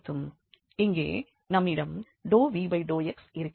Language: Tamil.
இங்கே நம்மிடம் ∂v∂x இருக்கிறது